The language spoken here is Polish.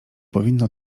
powinno